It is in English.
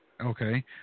Okay